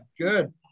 good